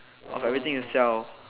of everything you sell